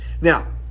Now